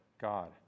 God